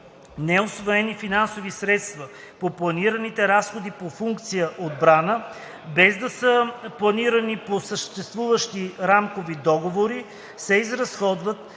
Неусвоени финансови средства по планираните разходи по функция „отбрана“, без да са планирани по съществуващи рамкови договори, се изразходват